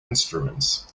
instruments